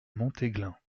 montéglin